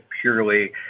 purely